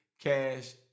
Cash